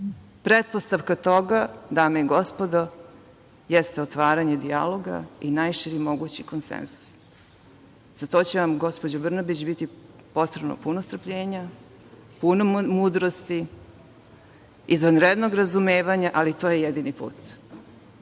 jedinstvo. Pretpostavka toga, dame i gospodo, jeste otvaranje dijaloga i najširi mogući konsenzus. Za to će vam, gospođo Brnabić, biti potrebno puno strpljenja, puno mudrosti, izvanrednog razumevanja, ali to je jedni put.